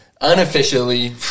unofficially